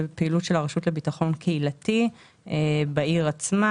ופעילות של הרשות לביטחון קהילתי בעיר עצמה.